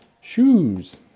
Shoes